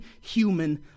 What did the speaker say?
human